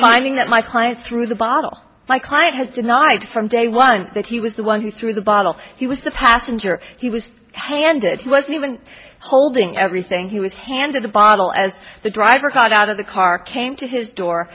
finding that my client threw the bottle my client has denied from day one that he was the one who threw the bottle he was the passenger he was handed he wasn't even holding everything he was handed a bottle as the driver got out of the car came to his door